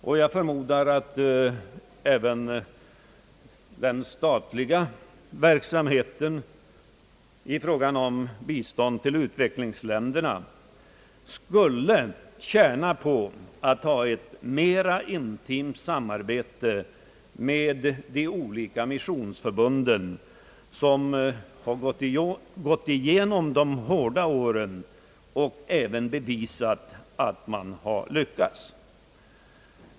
Och jag förmodar att även den statliga verksamheten i fråga om bistånd till utvecklingsländerna skulle tjäna på att ha ett mera intimt samarbete med de olika missionsförbunden som har gått igenom de hårda åren och även bevisat att man har lyckats.